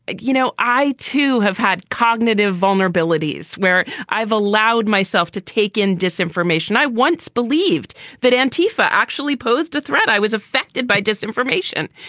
but you know, i, too, have had cognitive vulnerabilities where i've allowed myself to take in disinformation. i once believed that antifa actually posed a threat. i was affected by disinformation.